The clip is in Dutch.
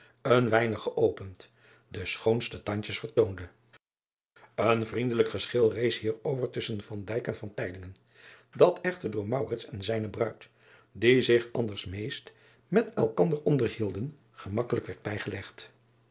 een weinig geopend de schoonste tandjes vertoonde en vriendelijk geschil rees hierover tusschen en dat echter door en zijne bruid die zich anders meest met elkander onderhielden gemakkelijk werd bijgelegd